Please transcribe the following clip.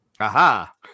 Aha